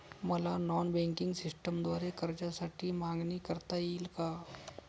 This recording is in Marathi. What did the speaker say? मला नॉन बँकिंग सिस्टमद्वारे कर्जासाठी मागणी करता येईल का?